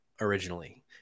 originally